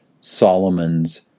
Solomon's